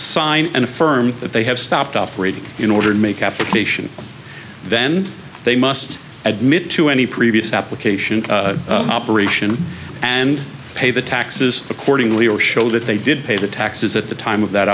sign and affirm that they have stopped offering in order to make application then they must admit to any previous application operation and pay the taxes accordingly or show that they did pay the taxes at the time of that